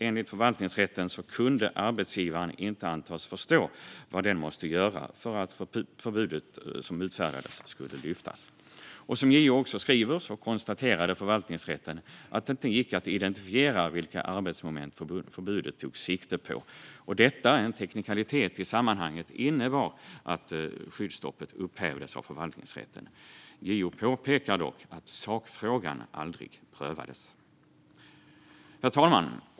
Enligt förvaltningsrätten kunde arbetsgivaren inte antas förstå vad denne måste göra för att förbudet som utfärdades skulle lyftas. Som JO också skriver konstaterade förvaltningsrätten att det inte gick att identifiera vilka arbetsmoment förbudet tog sikte på. Detta - en teknikalitet i sammanhanget - innebar att skyddsstoppet upphävdes av förvaltningsrätten. JO påpekar dock att sakfrågan aldrig prövades. Herr talman!